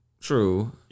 True